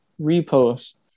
repost